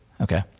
Okay